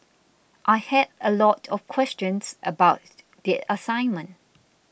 I had a lot of questions about the assignment